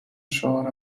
شعار